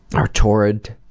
our torrid